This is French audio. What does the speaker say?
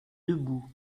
debout